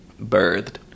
birthed